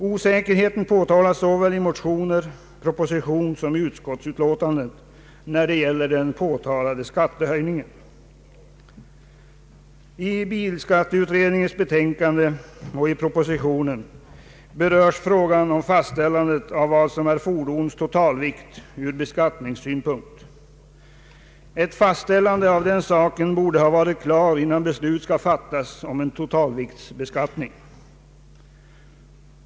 Osäkerheten påtalas såväl i motionerna som i propositionen och i utskottsbetänkandet när det gäller den påtalade skattehöjningen. I bilskatteutredningens betänkande och i propositionen berörs frågan om fastställandet av vad som är ett fordons totalvikt från beskattningssynpunkt. Ett fastställande av den saken borde ha varit klar, innan beslut skall fattas om en totalviktsbeskattning.